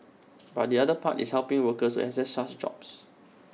but the other part is helping workers to access such jobs